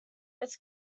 its